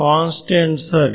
constant ಸರಿ